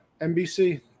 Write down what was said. NBC